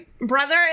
brother